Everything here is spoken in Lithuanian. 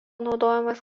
naudojamas